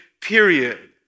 period